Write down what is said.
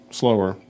slower